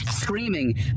Screaming